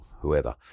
whoever